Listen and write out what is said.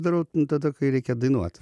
darau tada kai reikia dainuot